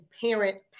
parent